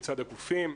מצד הגופים,